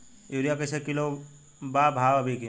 Urea कइसे kilo बा भाव अभी के?